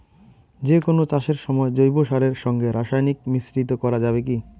যে কোন চাষের সময় জৈব সারের সঙ্গে রাসায়নিক মিশ্রিত করা যাবে কি?